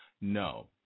no